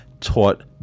taught